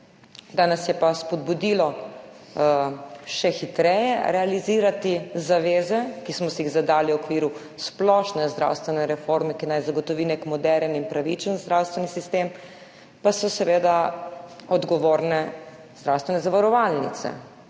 Da nas je spodbudilo še hitreje realizirati zaveze, ki smo si jih zadali v okviru splošne zdravstvene reforme, ki naj zagotovi nek moderen in pravičen zdravstveni sistem, pa so seveda odgovorne zdravstvene zavarovalnice,